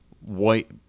white